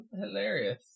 hilarious